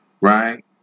right